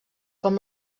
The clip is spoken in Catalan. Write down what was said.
com